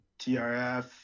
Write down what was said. TRF